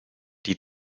die